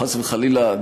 חס וחלילה,